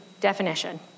definition